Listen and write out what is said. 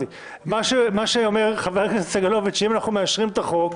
שאם אנחנו מאשרים את החוק,